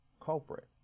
culprit